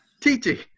Titi